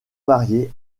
marié